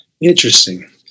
Interesting